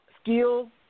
skill